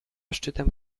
szczytem